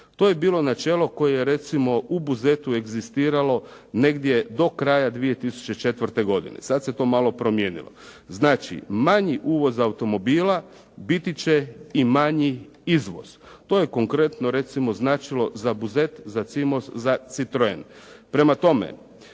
To je bilo načelo koje je recimo u Buzetu egzistiralo negdje do kraja 2004. godine, sad se to malo promijenilo. Znači, manji uvoz automobila biti će i manji izvoz. To je konkretno recimo značilo za Buzet, za "Cimos", za "Citroen". Prema tome,